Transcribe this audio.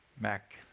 Mac